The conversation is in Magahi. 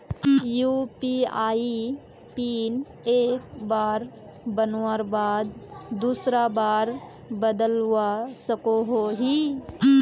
यु.पी.आई पिन एक बार बनवार बाद दूसरा बार बदलवा सकोहो ही?